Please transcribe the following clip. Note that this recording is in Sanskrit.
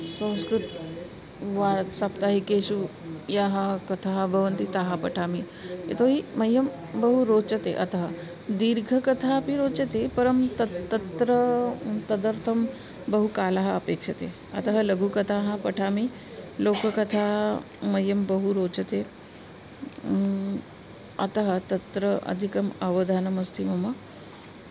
संस्कृते वा साप्ताहिकेषु याः कथाः भवन्ति ताः पठामि यतो हि मह्यं बहु रोचते अतः दीर्घकथा अपि रोचते परं तत् तत्र तदर्थं बहुकालः अपेक्ष्यते अतः लघुकथाः पठामि लोककथा मह्यं बहु रोचते अतः तत्र अधिकम् अवधानमस्ति मम